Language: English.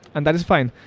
and that is fine.